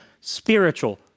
spiritual